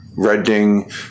Redding